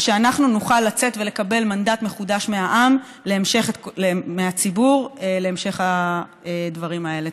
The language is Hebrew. ושאנחנו נוכל לצאת ולקבל מנדט מחודש מהציבור להמשך הדברים האלה.